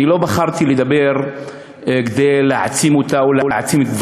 לא בחרתי לדבר כדי להעצים אותה ולהעצים את דבריה,